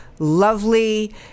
lovely